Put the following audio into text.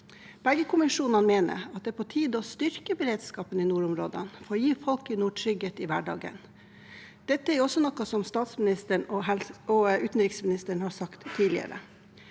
Begge kommisjonene mener at det er på tide å styrke beredskapen i nordområdene og gi folk i nord trygghet i hverdagen. Dette er også noe statsministeren og utenriksministeren har sagt tidligere.